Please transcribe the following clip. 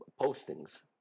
postings